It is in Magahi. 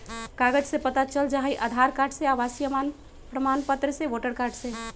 कागज से पता चल जाहई, आधार कार्ड से, आवासीय प्रमाण पत्र से, वोटर कार्ड से?